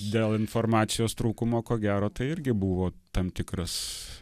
dėl informacijos trūkumo ko gero tai irgi buvo tam tikras